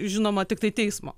žinoma tiktai teismo